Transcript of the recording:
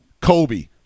Kobe